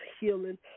healing